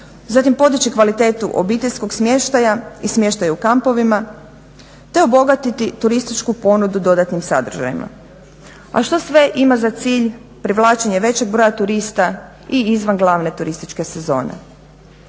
zatim podići kvalitetu obiteljskog smještaja i smještaja u kampovima, te obogatiti turističku ponudu dodatnim sadržajima. A što sve ima za cilj privlačenje većeg broja turista i izvan glavne turističke sezone.